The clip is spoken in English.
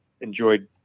enjoyed